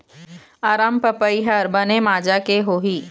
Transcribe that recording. अरमपपई हर बने माजा के होही?